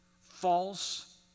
False